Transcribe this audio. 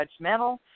judgmental